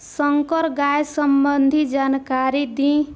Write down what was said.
संकर गाय संबंधी जानकारी दी?